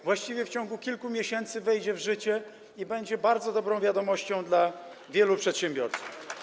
Właściwie w ciągu kilku miesięcy wejdzie w życie, co będzie bardzo dobrą wiadomością dla wielu przedsiębiorców.